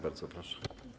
Bardzo proszę.